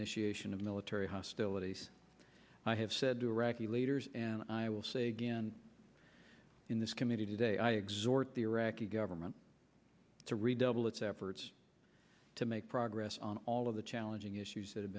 initiation of military hostilities i have said to iraqi leaders and i will say again in this committee today i exhort the iraqi government to redouble its efforts to make progress on all of the challenging issues that have